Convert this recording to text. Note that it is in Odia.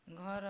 ଘର